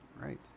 Right